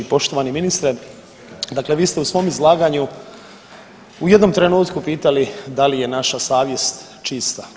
Poštovani ministre dakle vi ste u svojem izlaganju u jednom trenutku pitali da li je naša savjest čista.